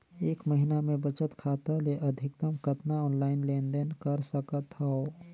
एक महीना मे बचत खाता ले अधिकतम कतना ऑनलाइन लेन देन कर सकत हव?